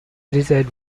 edited